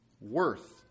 worth